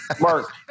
Mark